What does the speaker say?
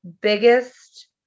biggest